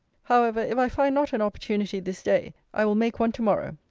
however, if i find not an opportunity this day, i will make one to-morrow.